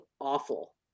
awful